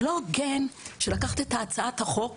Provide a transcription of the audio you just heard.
זה לא הוגן לקחת את הצעת החוק